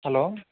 hello